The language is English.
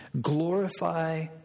Glorify